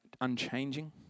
unchanging